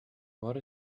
what